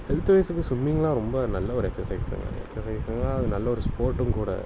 health வைஸுக்கு சும்மிங்கெல்லாம் ரொம்ப நல்ல ஒரு எக்சஸைஸுங்க எக்சஸைங்கெல்லாம் அது நல்ல ஒரு ஸ்போர்ட்டும் கூட